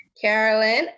Carolyn